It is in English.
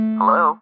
Hello